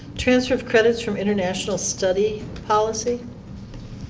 transfer of credits from international study policy